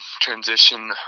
transition